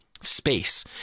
space